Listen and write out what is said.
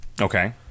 Okay